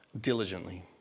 diligently